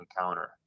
encounter